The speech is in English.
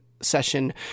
session